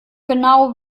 genau